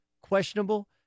questionable